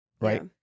right